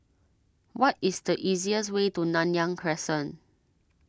what is the easiest way to Nanyang Crescent